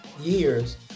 years